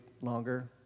longer